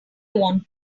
want